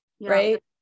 right